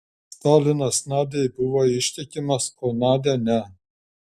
stalinas nadiai buvo ištikimas o nadia ne